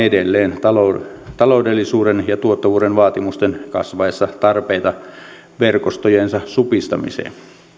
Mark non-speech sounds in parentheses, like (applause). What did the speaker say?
(unintelligible) edelleen taloudellisuuden ja tuottavuuden vaatimusten kasvaessa tarpeita verkostojensa supistamiseen